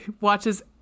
watches